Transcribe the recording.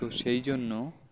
তো সেই জন্য